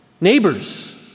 neighbors